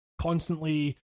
constantly